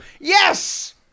yes